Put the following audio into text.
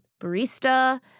barista